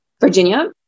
Virginia